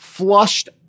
flushed